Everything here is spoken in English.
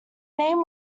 name